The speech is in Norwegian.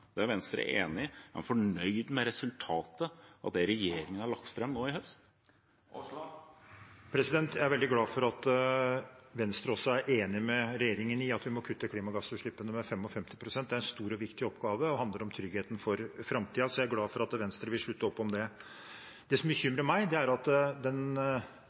det er Venstre enig i – fornøyd med resultatet av det regjeringen har lagt fram nå i høst? Jeg er veldig glad for at Venstre også er enig med regjeringen i at vi må kutte klimagassutslippene med 55 pst. Det er en stor og viktig oppgave og handler om tryggheten for framtiden. Så jeg er glad for at Venstre vil slutte opp om det. Det som bekymrer meg, er at